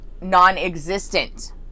non-existent